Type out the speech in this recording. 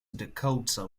dakota